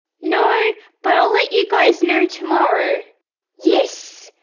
no, but i'll let you guys know tomorrow yes!